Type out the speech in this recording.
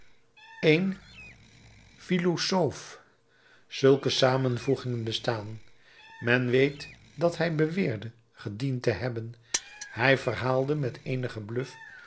een filousophe zulke samenvoegingen bestaan men weet dat hij beweerde gediend te hebben hij verhaalde met eenigen bluf